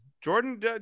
Jordan